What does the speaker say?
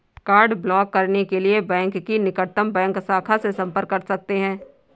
card block करने के लिए बैंक की निकटतम बैंक शाखा से संपर्क कर सकते है